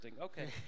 Okay